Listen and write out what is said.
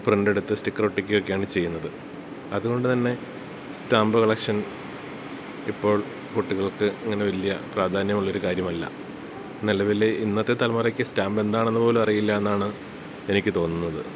പ്രിൻ്റെട്ത്ത് sticker ഒട്ടിക്കുകയാണ് ചെയ്യുന്നത് അതുകൊണ്ട് തന്നെ സ്റ്റാമ്പ് കളക്ഷൻ ഇപ്പോൾ കുട്ടികൾക്ക് അങ്ങനെ വലിയ പ്രാധാന്യമുള്ളൊര് കാര്യമല്ല നിലവില് ഇന്നത്തേ തലമുറക്ക് സ്റ്റാമ്പ് എന്താണെന്ന് പോലും അറിവില്ലാന്നാണ് എനിക്ക് തോന്നുന്നത്